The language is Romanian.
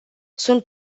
sunt